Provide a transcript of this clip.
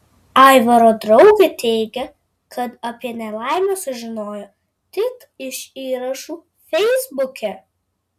aivaro draugė teigia kad apie nelaimę sužinojo tik iš įrašų feisbuke